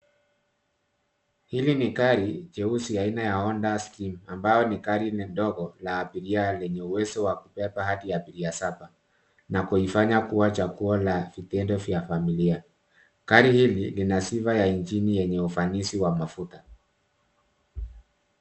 Hili ni gari jeusi aina ya Honda stim, ambayo ni gari ndogo la abiria lenye uwezo wa kubeba hadi abiria saba, na kuifanya kua chaguo la vitendo vya familia. Gari hili lina sifa ya injini yenye ufanisi wa mafuta.